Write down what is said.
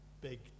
big